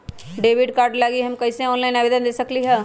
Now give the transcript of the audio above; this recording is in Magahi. डेबिट कार्ड लागी हम कईसे ऑनलाइन आवेदन दे सकलि ह?